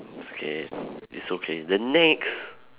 it's okay it's okay the next